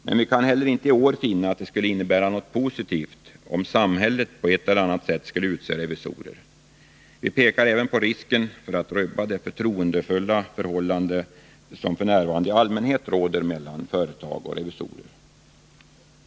Men vi kan inte heller i år finna att det skulle innebära något positivt: om samhället på ett eller annat sätt skulle utse revisorer. Vi pekar även på risken att man därigenom kan rubba det förtroendefulla förhållande som i allmänhet råder mellan företagen och revisorerna.